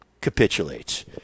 capitulates